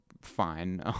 fine